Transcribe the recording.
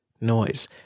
Noise